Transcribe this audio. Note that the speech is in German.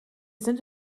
sind